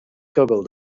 google